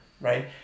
right